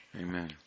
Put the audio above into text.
Amen